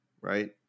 right